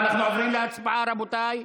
אנחנו עוברים להצבעה, רבותיי.